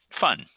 fun